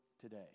today